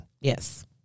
Yes